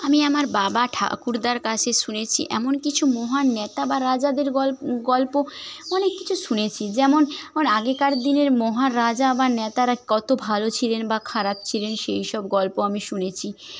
আমি আমার বাবা ঠাকুরদার কাছে শুনেছি এমন কিছু মহান নেতা বা রাজাদের গল গল্প অনেককিছু শুনেছি যেমন আগেকার দিনের মহারাজা বা নেতারা কত ভালো ছিলেন বা খারাপ ছিলেন সেইসব গল্প আমি শুনেছি